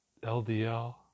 LDL